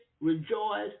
rejoice